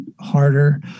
harder